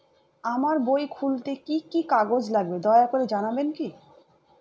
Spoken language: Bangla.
আমার বই খুলতে কি কি কাগজ লাগবে দয়া করে জানাবেন কি?